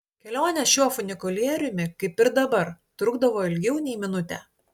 kelionė šiuo funikulieriumi kaip ir dabar trukdavo ilgiau nei minutę